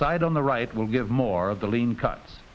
side on the right will give more of the lean cuts